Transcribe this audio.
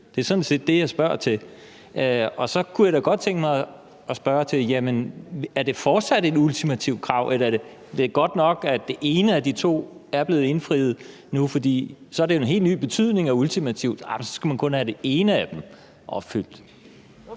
Det er sådan set det, jeg spørger til. Og så kunne jeg da godt tænke mig at spørge til, om det fortsat er et ultimativt krav, eller er det godt nok, at det ene af de to er blevet indfriet nu? For så er det jo en helt ny betydning af »ultimativt«: at man kun skal have det ene af dem opfyldt?